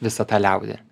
visą tą liaudį